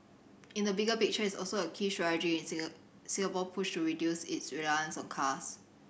in the bigger picture it is also a key strategy in Singapore's push to reduce its reliance on cars